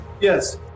yes